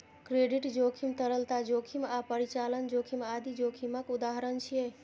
credit जोखिम, तरलता जोखिम आ परिचालन जोखिम आदि जोखिमक उदाहरण छियै